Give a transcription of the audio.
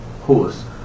horse